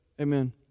Amen